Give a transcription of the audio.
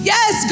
Yes